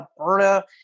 Alberta